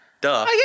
Duh